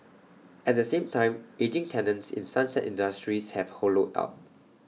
at the same time ageing tenants in sunset industries have hollowed out